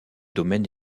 domaine